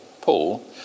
Paul